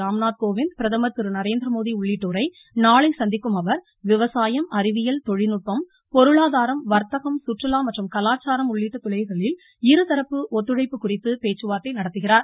ராம்நாத் பிரதமர் திரு நரேந்திரமோடி உள்ளிட்டோரை நாளை சந்திக்கும் அவர் விவசாயம் அறிவியல் தொழில்நுட்பம் பொருளாதாரம் வர்த்தகம் சுற்றுலா மற்றும் கலாச்சாரம் உள்ளிட்ட துறைகளில் இருதரப்பு ஒத்துழைப்பு குறித்து பேச்சுவார்த்தை நடத்துகிறார்